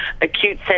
acute